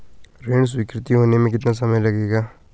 ऋण स्वीकृति होने में कितना समय लगेगा?